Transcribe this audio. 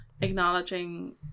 acknowledging